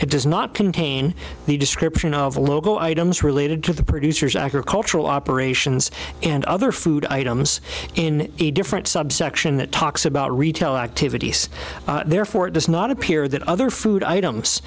it does not contain the description of a logo items related to the producers agricultural operations and other food items in a different subsection that talks about retail activities therefore it does not appear that other food items